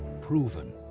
proven